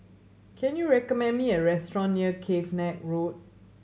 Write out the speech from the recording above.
can you recommend me a restaurant near Cavenagh Road